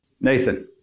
Nathan